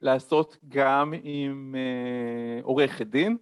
‫לעשות גם עם עורך הדין.